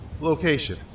location